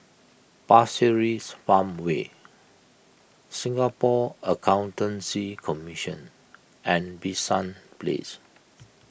Pasir Ris Farmway Singapore Accountancy Commission and Bishan Place